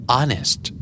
Honest